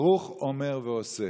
ברוך אומר ועושה.